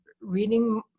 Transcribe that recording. reading